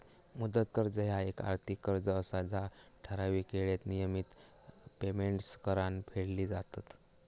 मुदत कर्ज ह्या येक आर्थिक कर्ज असा जा ठराविक येळेत नियमित पेमेंट्स करान फेडली जातत